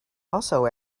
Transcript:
also